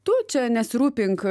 tu čia nesirūpink